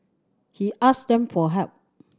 he asked them for help